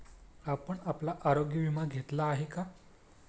आपण आपला आरोग्य विमा घेतला आहे का?